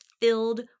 filled